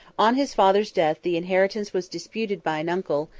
on his father's death the inheritance was disputed by an uncle,